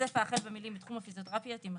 הסיפה החל במילים "בתחום הפיזיותרפיה" תימחק,